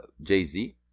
jay-z